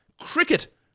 cricket